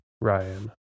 Ryan